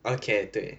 okay 对